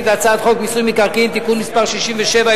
הצעת חוק מיסוי מקרקעין (שבח ורכישה) (תיקון מס' 67),